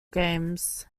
games